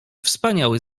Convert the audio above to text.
wspaniały